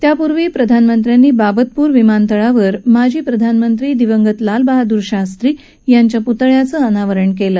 त्यापूर्वी प्रधानमंत्र्यांनी बाबतपूर विमानतळावर माजी प्रधानमंत्री दिवंगत लालबहादुर शास्त्री यांच्या पुतळ्याचं अनावरण केलं